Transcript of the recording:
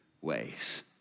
ways